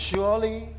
Surely